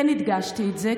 כן הדגשתי את זה,